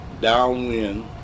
downwind